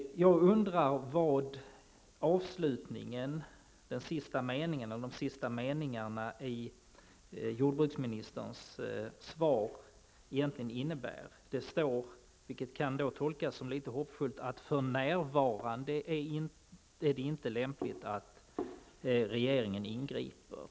Jag undrar vad de sista meningarna i jordbruksministerns svar egentligen innebär. Det sägs där, vilket kan tolkas som litet hoppfullt, att det ''för närvarande'' inte är lämpligt att regeringen ingriper.